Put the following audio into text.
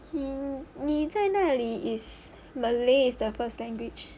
!ee! 你在哪里 is malay is the first language